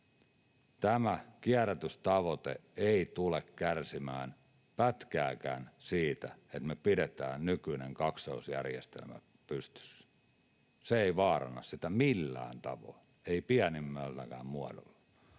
Tämä kierrätystavoite ei tule kärsimään pätkääkään siitä, että me pidetään nykyinen kaksoisjärjestelmä pystyssä. Se ei vaaranna sitä millään tavoin, ei pienimmälläkään muodolla.